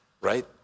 right